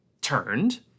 Turned